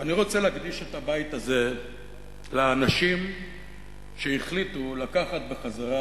ואני רוצה להקדיש את הבית הזה לאנשים שהחליטו לקחת בחזרה